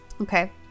Okay